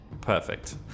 perfect